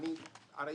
יש לי